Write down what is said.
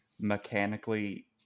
mechanically